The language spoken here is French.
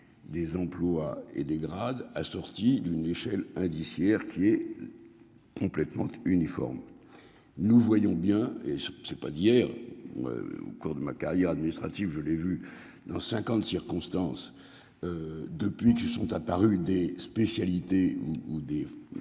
Des emplois et des grades assortie d'une échelle indiciaire qui est. Complètement uniformes. Nous voyons bien et je ne sais pas d'hier. Au cours de ma carrière administrative. Je l'ai vu dans 50 circonstances. Depuis que sont apparus des spécialités ou des.